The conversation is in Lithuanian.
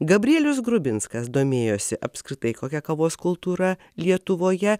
gabrielius grubinskas domėjosi apskritai kokia kavos kultūra lietuvoje